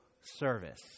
service